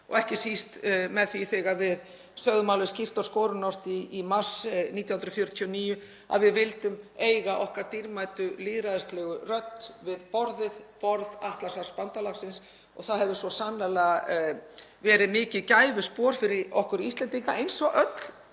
ekki síst þegar við sögðum skýrt og skorinort í mars 1949 að við vildum eiga okkar dýrmætu lýðræðislegu rödd við borð Atlantshafsbandalagsins. Það hefur svo sannarlega verið mikið gæfuspor fyrir okkur Íslendinga eins og öll